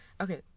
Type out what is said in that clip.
Okay